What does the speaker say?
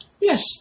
Yes